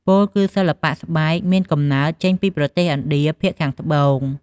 ពោលគឺសិល្បៈស្បែកមានកំណើតចេញពីប្រទេសឥណ្ឌាភាគខាងត្បូង ។